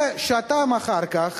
ושעתיים אחר כך